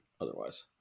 otherwise